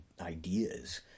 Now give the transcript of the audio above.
ideas